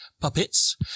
puppets